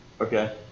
okay